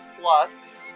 Plus